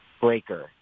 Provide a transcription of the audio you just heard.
breaker